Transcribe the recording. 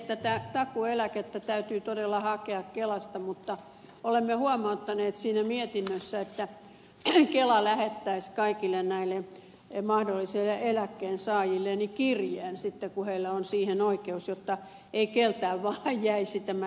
tätä takuueläkettä täytyy todella hakea kelasta mutta olemme huomauttaneet siitä mietinnössä että kela lähettäisi kaikille näille mahdollisille eläkkeensaajille kirjeen sitten kun heillä on siihen oikeus jotta ei keneltäkään vaan jäisi tämä eläke saamatta